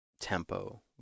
tempo